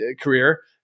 career